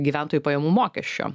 gyventojų pajamų mokesčio